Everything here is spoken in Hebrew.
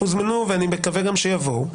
ואני מקווה גם שיבואו.